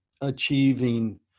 achieving